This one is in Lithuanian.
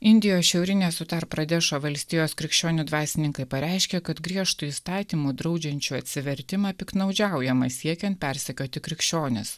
indijos šiaurinėje pradešo valstijos krikščionių dvasininkai pareiškė kad griežtų įstatymų draudžiančių atsivertimą piktnaudžiaujama siekiant persekioti krikščionis